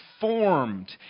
formed